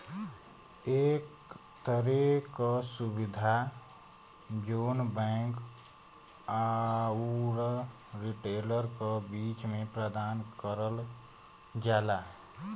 एक तरे क सुविधा जौन बैंक आउर रिटेलर क बीच में प्रदान करल जाला